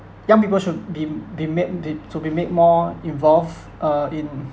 young people should be be made be to be made more involved uh in